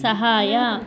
ಸಹಾಯ